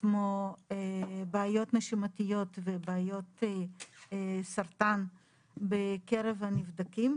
כמו בעיות נשימתיות ובעיות סרטן בקרב הנבדקים,